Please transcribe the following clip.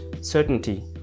certainty